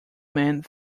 man